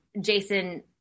Jason